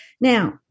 Now